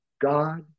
God